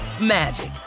magic